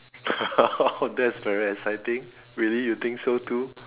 that's very exciting really you think so too